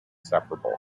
separable